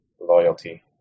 loyalty